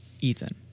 Ethan